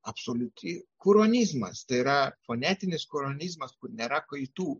absoliuti kuronizmas tai yra fonetinis kuronizmas nėra kaitų